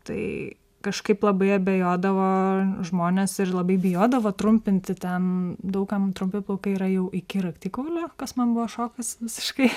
tai kažkaip labai abejodavo žmonės ir labai bijodavo trumpinti ten daug kam trumpi plaukai yra jau iki raktikaulio kas man buvo šokas visiškai